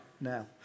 now